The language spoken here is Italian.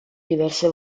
diverse